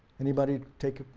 anybody take